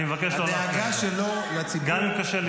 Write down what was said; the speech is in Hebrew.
אני מבקש לא להפריע לו, גם אם קשה לשמוע.